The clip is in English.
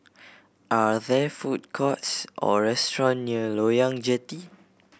are there food courts or restaurant near Loyang Jetty